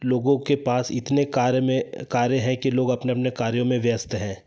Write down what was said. लोगों के पास इतने कार्य में कार्य है कि लोग अपने अपने कार्यों में व्यस्त हैं